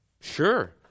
Sure